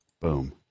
Boom